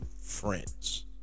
friends